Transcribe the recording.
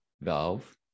valve